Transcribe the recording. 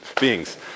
beings